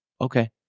okay